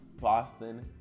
Boston